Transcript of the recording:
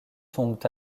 tombent